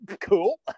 cool